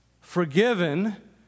forgiven